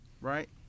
right